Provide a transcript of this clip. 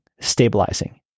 stabilizing